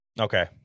Okay